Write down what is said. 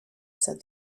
said